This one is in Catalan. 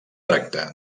tracta